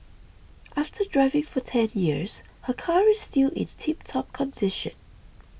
after driving for ten years her car is still in tiptop condition